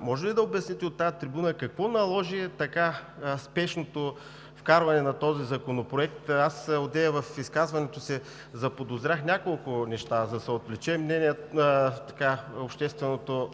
може ли да обясните от тази трибуна какво наложи така спешното вкарване на този законопроект? Преди малко в изказването си заподозрях няколко неща. Да се отвлече общественото